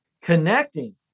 Connecting